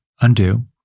undo